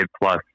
plus